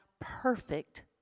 perfect